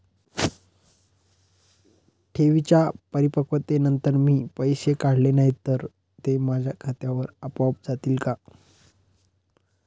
ठेवींच्या परिपक्वतेनंतर मी पैसे काढले नाही तर ते माझ्या खात्यावर आपोआप जातील का?